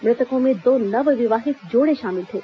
मृतकों में दो नव विवाहित जोड़े शामिल थे